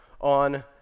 on